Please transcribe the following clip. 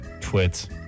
Twits